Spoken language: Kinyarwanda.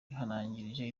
yihanangirije